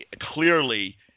clearly